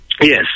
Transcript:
Yes